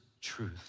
truth